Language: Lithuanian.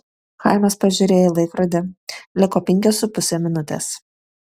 chaimas pažiūrėjo į laikrodį liko penkios su puse minutės